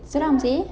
seram jay~